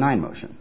nine motion